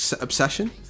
Obsession